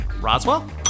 Roswell